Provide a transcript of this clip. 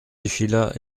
défila